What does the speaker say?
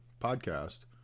podcast